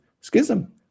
schism